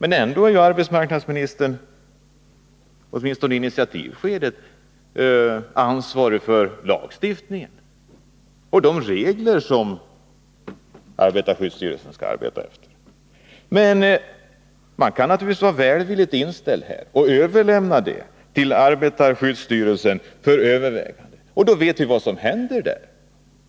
Ändå är arbetsmarknadsministern, åtminstone i initiativskedet, ansvarig för lagstiftningen och de regler som arbetarskyddsstyrelsen skall arbeta efter. Man kan naturligtvis vara välvilligt inställd och överlämna saken till arbetarskyddsstyrelsen för övervägande. Då vet vi vad som händer.